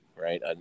right